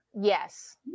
yes